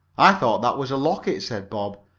i thought that was a locket, said bob.